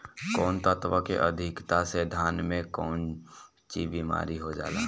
कौन तत्व के अधिकता से धान में कोनची बीमारी हो जाला?